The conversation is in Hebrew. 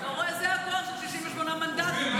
אתה רואה, זה הכוח של 68 מנדטים.